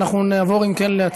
אז אם כן, אנחנו נעבור להצביע.